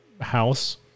house